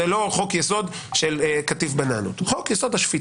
זה לא חוק יסוד של קטיף בננות אלא הוא חוק יסוד: השפיטה.